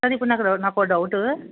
sir ఇప్పుడు నాకు నాకు ఒక డౌటు